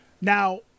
Now